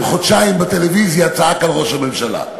צעק חודשיים בטלוויזיה על ראש הממשלה.